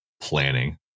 planning